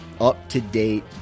up-to-date